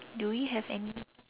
do we have any